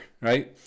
right